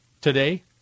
today